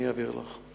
אני אעביר לך.